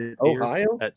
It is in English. Ohio